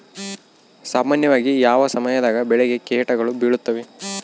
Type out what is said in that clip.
ಸಾಮಾನ್ಯವಾಗಿ ಯಾವ ಸಮಯದಾಗ ಬೆಳೆಗೆ ಕೇಟಗಳು ಬೇಳುತ್ತವೆ?